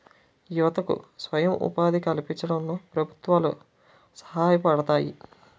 యువతకు స్వయం ఉపాధి కల్పించడంలో ప్రభుత్వాలు సహాయపడతాయి